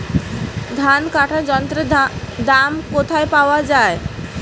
ধান কাটার যন্ত্রের দাম কোথায় পাওয়া যায়?